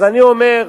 אז אני אומר: